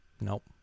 Nope